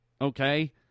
Okay